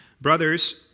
brothers